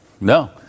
No